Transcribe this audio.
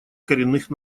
коренных